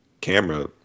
camera